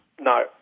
No